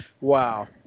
Wow